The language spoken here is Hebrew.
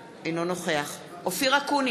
אינו נוכח דוד אמסלם, אינו נוכח אופיר אקוניס,